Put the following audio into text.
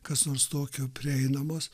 kas nors tokio prieinamos